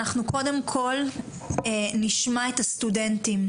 אנחנו קודם כל נשמע את הסטודנטים.